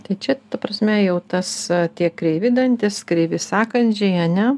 tai čia ta prasme jau tas tie kreivi dantys kreivi sakandžiai ar ne